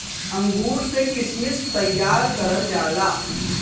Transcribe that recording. अंगूर से किशमिश तइयार करल जाला